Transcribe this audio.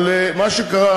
אבל מה שקרה,